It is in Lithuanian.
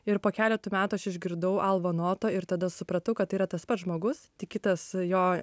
ir po keleto metų aš išgirdau alvą noto ir tada supratau kad tai yra tas pats žmogus tik kitas jo